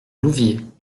louviers